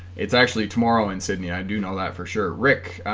it's actually tomorrow in sydney i do know that for sure rick